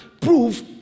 prove